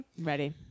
ready